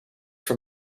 from